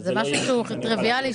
זה משהו שהוא טריוויאלי,